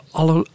alle